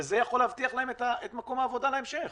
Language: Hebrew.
וזה יכול להבטיח להם את מקום העבודה להמשך.